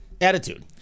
attitude